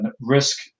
risk